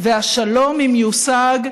והשלום, אם יושג,